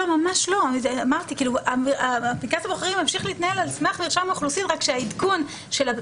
אם החוק קובע שמרשם האוכלוסין שממנו נגזר